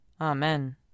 Amen